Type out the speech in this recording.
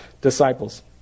disciples